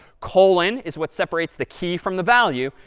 colon is what separates the key from the value,